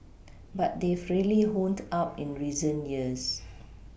but they've really honed up in recent years